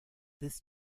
this